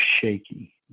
shaky